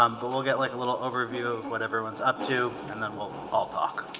um but we'll get like a little overview of what everyone's up to and then we'll all talk.